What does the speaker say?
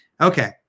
Okay